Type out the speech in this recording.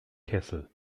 kessel